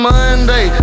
Monday